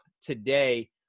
today